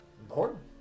Important